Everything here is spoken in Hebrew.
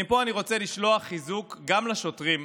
מפה אני רוצה לשלוח חיזוק גם לשוטרים,